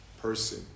person